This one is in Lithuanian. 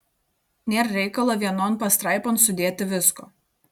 nėr reikalo vienon pastraipon sudėti visko